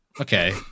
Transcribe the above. Okay